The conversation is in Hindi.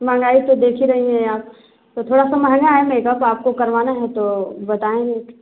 महँगाई तो देख ही रही है आप तो थोड़ा सा महँगा है मेकअप तो आपको करवाना हैं तो बताएँ नहीं तो